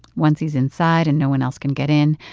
once he's inside and no one else can get in,